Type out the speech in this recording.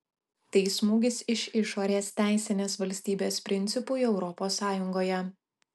tai smūgis iš išorės teisinės valstybės principui europos sąjungoje